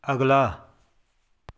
ਅਗਲਾ